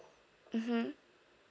mmhmm